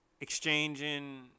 Exchanging